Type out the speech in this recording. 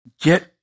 Get